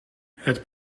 het